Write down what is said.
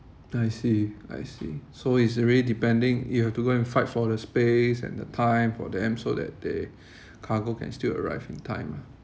I see I see so it's really depending you have to go and fight for the space and the time for them so that they cargo can still arrive in time lah